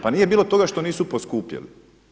Pa nije bilo toga što nisu poskupjeli.